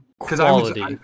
Quality